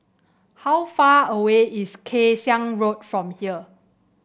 how far away is Kay Siang Road from here